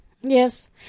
Yes